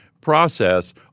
process